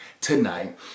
tonight